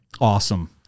awesome